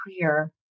clear